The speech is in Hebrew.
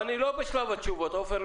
אבל אני לא בשלב התשובות, עופר.